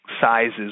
sizes